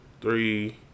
Three